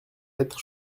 être